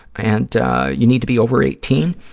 and you need to be over eighteen,